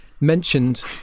mentioned